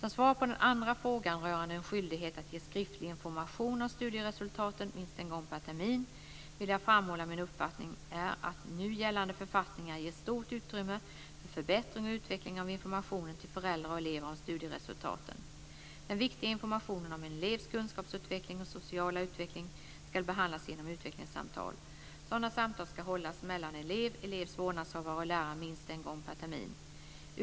Som svar på den andra frågan rörande en skyldighet att ge skriftlig information om studieresultaten minst en gång per termin, vill jag framhålla att min uppfattning är att nu gällande författningar ger stort utrymme för förbättring och utveckling av informationen till föräldrar och elever om studieresultaten. Den viktiga informationen om en elevs kunskapsutveckling och sociala utveckling ska behandlas genom utvecklingssamtal. Sådana samtal ska hållas mellan eleven, elevens vårdnadshavare och läraren minst en gång per termin.